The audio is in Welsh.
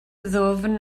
ddwfn